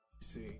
See